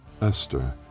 Esther